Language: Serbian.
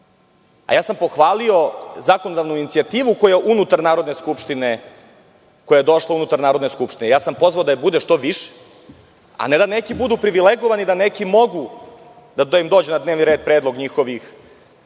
pričam. Pohvalio sam zakonodavnu inicijativu koja je došla unutar Narodne skupštine. Pozvao sam da je bude što više, a ne da neki budu privilegovani, da nekom dođe na dnevni red predlog njegovog